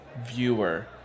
viewer